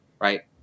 right